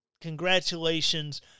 congratulations